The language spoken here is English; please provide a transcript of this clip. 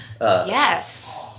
Yes